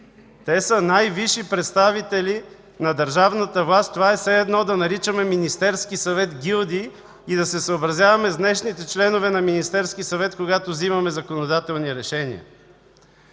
Те са най-висши представители на държавната власт. Това е все едно да наричаме Министерския съвет „гилдии” и да се съобразяваме с днешните членове на Министерския съвет, когато вземаме законодателни решения.